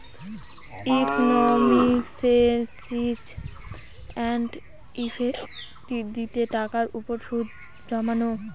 ইকনমিকসে ফিচ and effective দিয়ে টাকার উপর সুদ জমানো